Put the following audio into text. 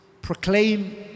Proclaim